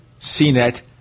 CNET